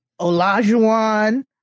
Olajuwon